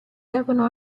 davano